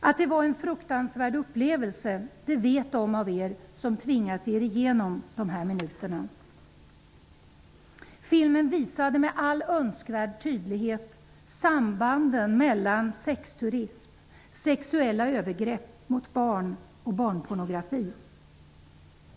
Att det var en fruktansvärd upplevelse vet de av er som tvingat er igenom de här minuterna. Filmen visade med all önskvärd tydlighet sambanden mellan sexturism, sexuella övergrepp mot barn och barnpornografi.